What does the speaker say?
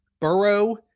Burrow